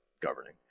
governing